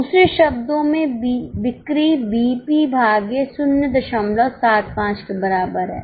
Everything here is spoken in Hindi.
दूसरे शब्दों में बिक्री बीईपी भागे 075 के बराबर है